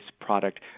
product